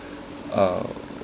uh